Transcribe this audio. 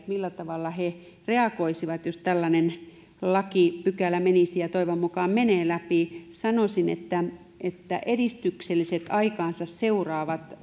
millä tavalla sitten ravintolayrittäjät reagoisivat jos tällainen lakipykälä menisi ja toivon mukaan menee läpi sanoisin että että edistykselliset aikaansa seuraavat